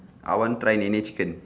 I want try Nene chicken